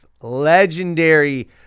legendary